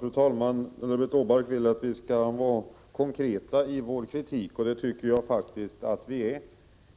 Fru talman! Ulla-Britt Åbark vill att vi skall vara konkreta i vår kritik. Det tycker jag faktiskt att vi är,